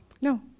No